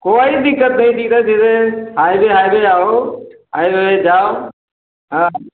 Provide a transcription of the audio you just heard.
कोई दिक्कत नही धीरे धीरे हायले हायले आओ हायले हायले जाओ हाँ